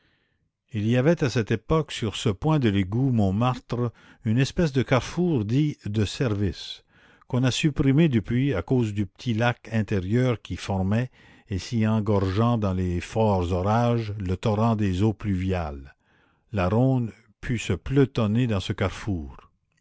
il y avait à cette époque sur ce point de l'égout montmartre une espèce de carrefour dit de service qu'on a supprimé depuis à cause du petit lac intérieur qu'y formait en s'y engorgeant dans les forts orages le torrent des eaux pluviales la ronde put se pelotonner dans ce carrefour